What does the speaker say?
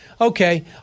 okay